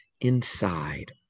inside